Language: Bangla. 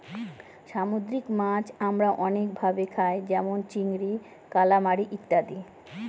সামুদ্রিক মাছ আমরা অনেক ভাবে খায় যেমন চিংড়ি, কালামারী ইত্যাদি